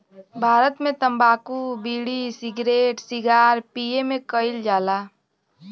भारत मे तम्बाकू bidi, cigarette cigar पिए मे कइल जाला